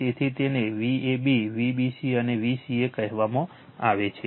તેથી તેને Vab Vbc અને Vca કહેવામાં આવે છે